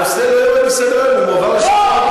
הנושא לא יורד מסדר-היום, הוא מועבר לשבוע הבא.